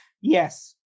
Yes